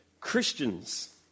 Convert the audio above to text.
Christians